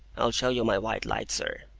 i'll show my white light, sir,